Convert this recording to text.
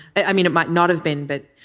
i mean it might not have been but